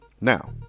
now